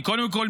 קודם כול,